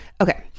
okay